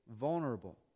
vulnerable